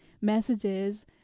messages